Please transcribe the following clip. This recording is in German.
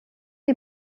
die